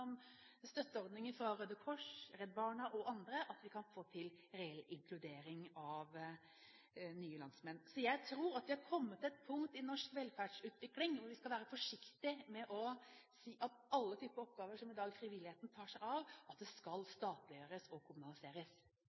støtteordninger fra Røde Kors, Redd Barna og andre at vi kan få til reell inkludering av nye landsmenn. Jeg tror at vi har kommet til et punkt i norsk velferdsutvikling hvor vi skal være forsiktige med å si at alle typer oppgaver som frivilligheten i dag tar seg av, skal statliggjøres og kommunaliseres.